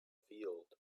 field